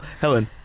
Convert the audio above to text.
Helen